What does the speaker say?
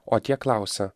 o tie klausia